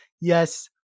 Yes